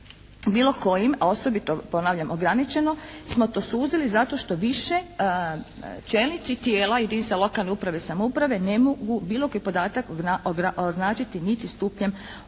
bilo kojim, a osobito ponavljam «ograničeno» smo to suzili zato što više čelnici tijela jedinica lokalne uprave i samouprave ne mogu bilo koji podatak označiti niti stupnjem «ograničeno».